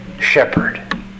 shepherd